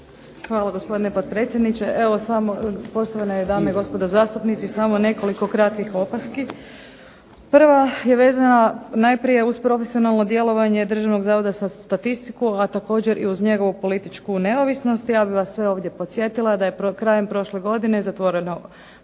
Hvala, gospodine potpredsjedniče. Poštovane dame i gospodo zastupnici. Samo nekoliko kratkih opaski. Prva je vezana najprije uz profesionalno djelovanje Državnog zavoda za statistiku, a također i uz njegovu političku neovisnost. Ja bih vas sve ovdje podsjetila da je krajem prošle godine zatvoreno poglavlje